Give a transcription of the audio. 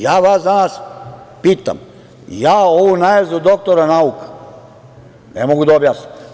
Ja vas danas pitam, ja ovu najezdu doktora nauka ne mogu da objasnim.